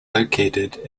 located